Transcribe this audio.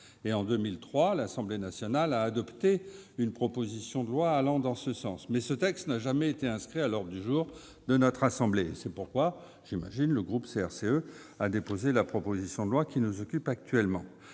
En 2003, l'Assemblée nationale a adopté une proposition de loi allant dans ce sens. Toutefois, ce texte n'a jamais été inscrit à l'ordre du jour de notre assemblée. C'est la raison pour laquelle, j'imagine, le groupe CRCE a déposé la proposition de loi soumise aujourd'hui